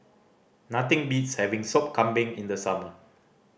nothing beats having Sup Kambing in the summer